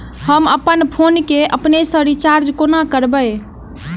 हम अप्पन फोन केँ अपने सँ रिचार्ज कोना करबै?